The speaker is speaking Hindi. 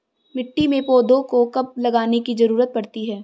मिट्टी में पौधों को कब लगाने की ज़रूरत पड़ती है?